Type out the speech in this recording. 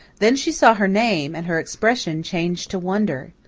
then she saw her name and her expression changed to wonder.